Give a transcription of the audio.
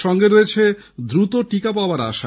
সঙ্গে রয়েছে দ্রুত টিকা পাওয়ার আশা